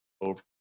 over